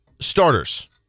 Starters